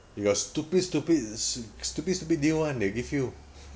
because you order too much is it